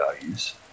values